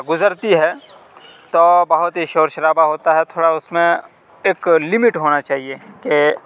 گزرتی ہے تو بہت ہی شور شرابا ہوتا ہے تھوڑا اس میں ایک لمٹ ہونا چاہیے کہ